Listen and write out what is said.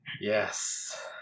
Yes